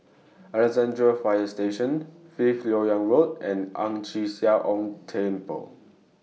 Alexandra Fire Station Fifth Lok Yang Road and Ang Chee Sia Ong Temple